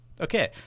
Okay